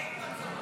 ב'.